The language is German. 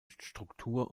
struktur